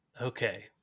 Okay